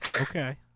okay